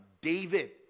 David